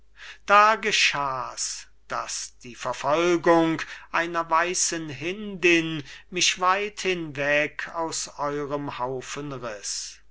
des waldgebirges da geschah's daß die verfolgung einer weißen hindin mich weit hinweg aus eurem haufen